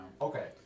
Okay